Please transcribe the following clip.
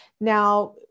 now